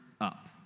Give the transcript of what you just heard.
up